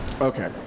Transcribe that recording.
Okay